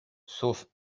sauf